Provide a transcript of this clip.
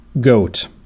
Goat